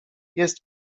jest